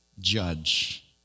judge